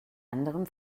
anderem